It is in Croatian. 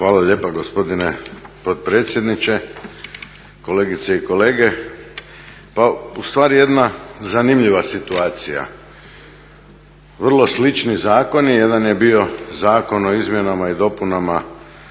Hvala lijepa gospodine potpredsjedniče. Kolegice i kolege. Pa ustvari jedna zanimljiva situacija, vrlo slični zakoni jedan je bio Zakon o izmjenama i dopunama